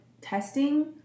testing